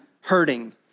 hurting